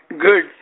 Good